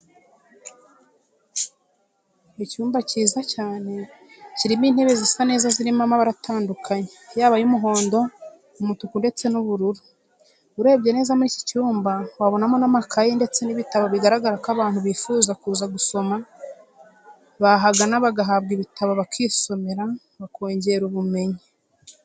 Icyumba kiza cyane kirimo intebe zisa neza zirimo amabara atandukanye, yaba ay'umuhondo, umutuku ndetse n'ubururu, urebye neza muri iki cyumba wabonamo n'amakaye ndetse n'ibitabo bigaragara ko abantu bifuza kuza gusoma bahagana bagahabwa ibitabo bakisomera bakongera ubumenyi.